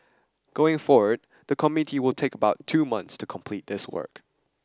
going forward the committee will take about two months to complete this work